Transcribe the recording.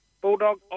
Bulldog